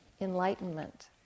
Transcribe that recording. enlightenment